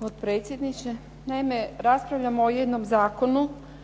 potpredsjedniče. Naime, raspravljamo o jednom zakonu